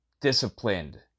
disciplined